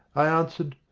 i answered.